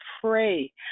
pray